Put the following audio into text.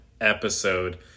episode